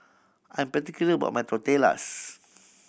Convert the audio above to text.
I'm particular about my Tortillas